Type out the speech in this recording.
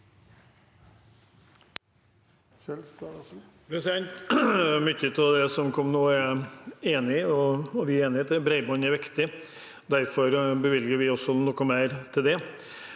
Mye av det som kom nå, er jeg enig i. Vi er enig i at bredbånd er viktig. Derfor bevilger vi også noe mer til det.